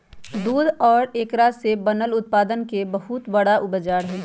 दूध और एकरा से बनल उत्पादन के बहुत बड़ा बाजार हई